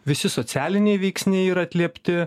visi socialiniai veiksniai yra atliepti